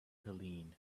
helene